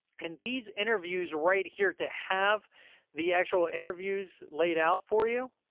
and these interviews right here to have the actual interviews laid out for you,